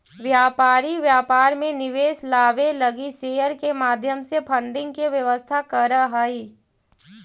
व्यापारी व्यापार में निवेश लावे लगी शेयर के माध्यम से फंडिंग के व्यवस्था करऽ हई